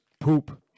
poop